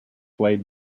blade